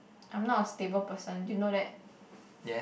I'm not a stable person do you know that